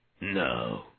No